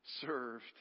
served